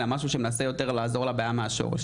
אלא משהו שעוזר לפתור את הבעיה מהשורש.